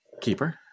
Keeper